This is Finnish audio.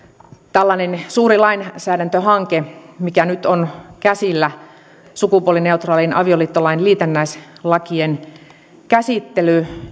tällainen suuri lainsäädäntöhanke mikä nyt on käsillä sukupuolineutraalin avioliittolain liitännäislakien käsittely